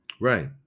Right